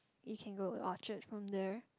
you can go Orchard from there